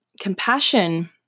compassion